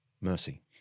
mercy